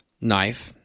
knife